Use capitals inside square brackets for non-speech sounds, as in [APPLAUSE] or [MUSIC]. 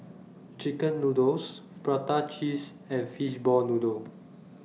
Chicken Noodles Prata Cheese and Fishball Noodle [NOISE]